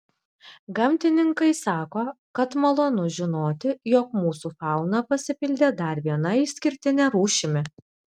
gamtininkai sako kad malonu žinoti jog mūsų fauna pasipildė dar viena išskirtine rūšimi